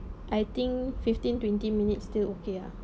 I think fifteen twenty minutes still okay ah